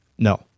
No